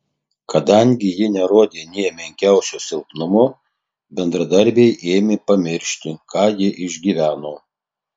kadangi ji nerodė nė menkiausio silpnumo bendradarbiai ėmė pamiršti ką ji išgyveno